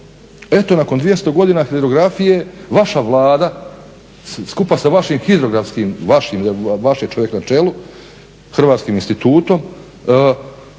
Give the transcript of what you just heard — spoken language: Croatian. Eto nakon 200 godina hidrografije vaša Vlada skupa sa vašim hidrografskim, vaš je čovjek na čelu hrvatskim institutom